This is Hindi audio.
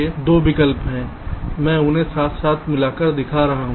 इसलिए 2 विकल्प हैं मैं उन्हें साथ साथ मिलाकर दिखा रहा हूं